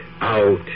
out